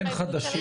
אין חדשים.